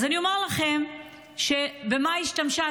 אני אומר לכם במה היא השתמשה,